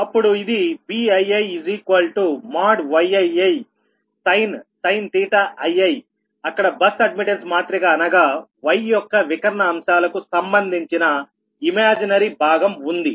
అప్పుడు ఇది BiiYiisin iiఅక్కడ బస్ అడ్మిట్టన్స్ మాత్రిక అనగా Y యొక్క వికర్ణ అంశాలకు సంబంధించిన ఇమాజినరీ భాగం ఉంది